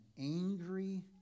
angry